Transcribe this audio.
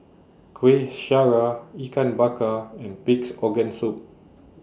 Kueh Syara Ikan Bakar and Pig'S Organ Soup